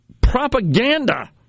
propaganda